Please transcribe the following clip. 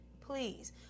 Please